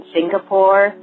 Singapore